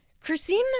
Christine